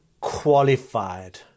qualified